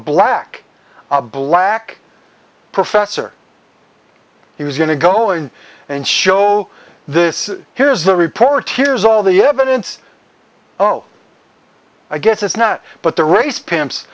black a black professor he was going to go in and show this here's a report here is all the evidence oh i guess it's not but the race pimps